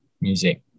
music